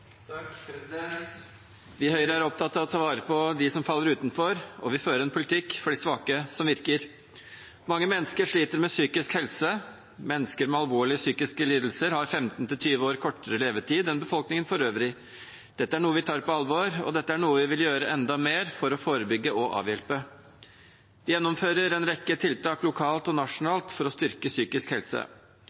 en politikk for de svake som virker. Mange mennesker sliter med psykisk helse. Mennesker med alvorlige psykiske lidelser har 15–20 år kortere levetid enn befolkningen for øvrig. Dette er noe vi tar på alvor, og dette er noe vi vil gjøre enda mer for å forebygge og avhjelpe. Vi gjennomfører en rekke tiltak lokalt og nasjonalt for å styrke psykisk helse.